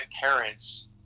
parents